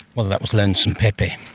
well, that was lonesome pepe.